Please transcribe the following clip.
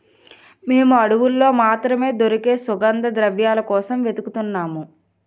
మేము అడవుల్లో మాత్రమే దొరికే సుగంధద్రవ్యాల కోసం వెలుతున్నాము